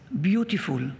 beautiful